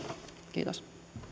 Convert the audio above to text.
kiitos